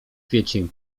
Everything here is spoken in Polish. kwiecień